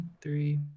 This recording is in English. three